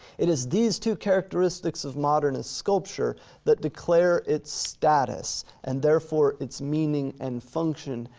it is these two characteristics of modernist sculpture that declare its status, and therefore its meaning and function,